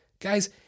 guys